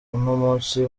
munsi